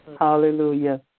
Hallelujah